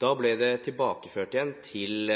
Da ble det tilbakeført til